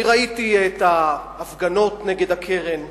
אני ראיתי את ההפגנות נגד הקרן,